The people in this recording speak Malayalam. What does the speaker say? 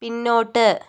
പിന്നോട്ട്